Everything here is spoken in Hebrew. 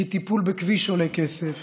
כי טיפול בכביש עולה כסף.